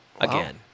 again